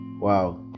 wow